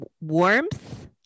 warmth